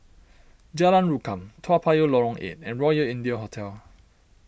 Jalan Rukam Toa Payoh Lorong eight and Royal India Hotel